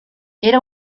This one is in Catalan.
era